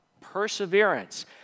Perseverance